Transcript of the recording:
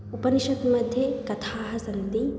उपनिषद् मध्ये कथाः सन्ति